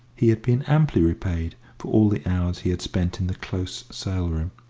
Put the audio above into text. he had been amply repaid for all the hours he had spent in the close sale-room.